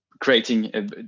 creating